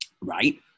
right